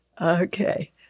Okay